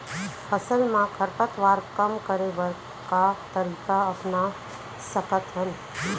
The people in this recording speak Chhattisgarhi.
फसल मा खरपतवार कम करे बर का तरीका अपना सकत हन?